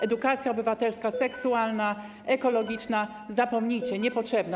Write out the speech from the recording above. Edukacja obywatelska, seksualna, ekologiczna - zapomnijcie, niepotrzebna.